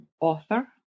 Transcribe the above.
author